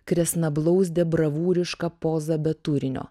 kresnablauzdė bravūriška poza be turinio